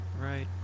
Right